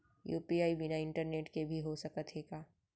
UPI बिना internet के भी हो सकत हे का?